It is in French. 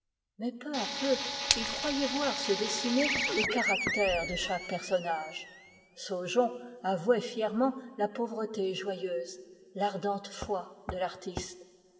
mais il voyait peu à peu se dessiner le caractère de chaque personnage saujon avouait fièrement la pauvreté joyeuse l'ardente foi de l'artiste